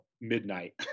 midnight